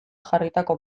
jarritako